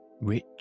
rich